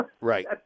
Right